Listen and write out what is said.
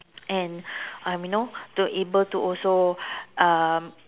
and um you know to able to also um